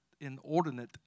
inordinate